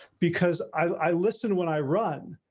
because i listened when i run.